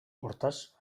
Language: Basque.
hortaz